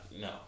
no